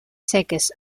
seques